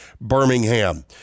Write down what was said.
Birmingham